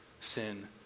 sin